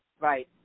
Right